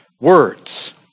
words